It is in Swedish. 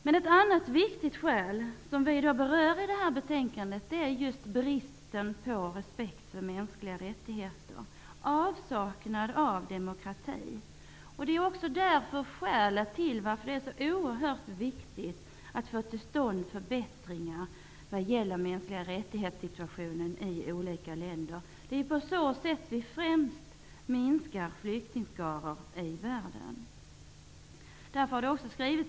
Men ett annat viktigt skäl som berörs i betänkandet är just bristen på respekt för mänskliga rättigheter och avsaknad av demokrati. Det är också skälet till varför det är oerhört viktigt att få till stånd förbättringar vad gäller situationen med mänskliga rättigheter i olika länder. Det är på så sätt vi främst minskar flyktingskarorna i världen.